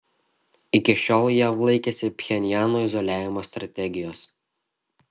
iki šiol jav laikėsi pchenjano izoliavimo strategijos